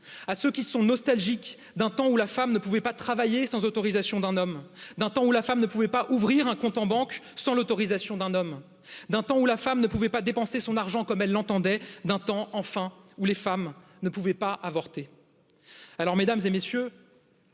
à ceux qui sont nostalgiques, d'un temps où la femme ne pouvait pas travailler sans autorisation, d'un homme, d'un temps où la femme ne pouvait pas ouvrir un compte en banque sans l'autorisation d'un hommme, d'un temps où la femme ne pouvait pas dépenser son argent, comme ne pouvait pas dépenser son argent comme elle l'entendait d'un temps, Enfin, où les femmes ne pouvaient pas avorter.